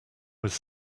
was